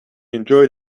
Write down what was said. enjoyed